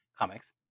comics